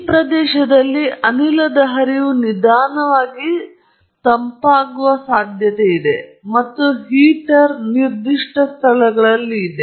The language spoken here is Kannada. ಈ ಪ್ರದೇಶದಲ್ಲಿ ಅನಿಲ ಹರಿವು ನಿಧಾನವಾಗಿ ತಂಪಾಗುವ ಇದೆ ಮತ್ತು ಹೀಟರ್ ನಿರ್ದಿಷ್ಟ ಸ್ಥಳಗಳಲ್ಲಿ ಇವೆ